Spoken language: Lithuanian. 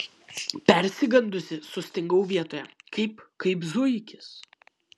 persigandusi sustingau vietoje kaip kaip zuikis